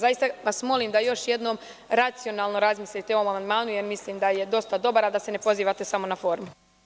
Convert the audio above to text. Zaista vas molim, da još jednom racionalno razmislite o ovom amandmanu, jer mislim da je dosta dobar, a da se ne pozivate samo na formu.